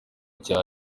cya